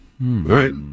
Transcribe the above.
right